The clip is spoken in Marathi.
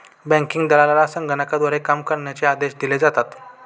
बँकिंग दलालाला संगणकाद्वारे काम करण्याचे आदेश दिले जातात